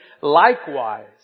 Likewise